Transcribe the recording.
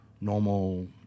normal